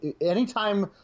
anytime